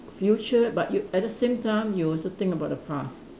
future but you at the same time you also think about the past